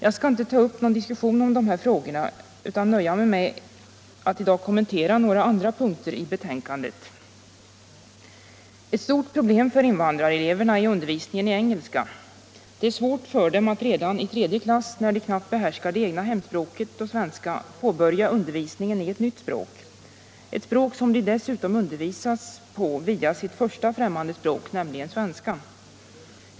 Jag skall inte ta upp någon diskussion om dessa frågor utan skall nöja mig med att i dag kommentera några andra punkter i betänkandet. Ett stort problem för invandrareleverna är undervisningen i engelska. Det är svårt för dem att redan i tredje klass, när de knappt behärskar det egna hemspråket och svenska, påbörja undervisningen i ett nytt språk, ett språk som de dessutom undervisas i via sitt första främmande språk, nämligen svenska.